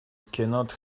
cannot